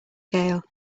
gale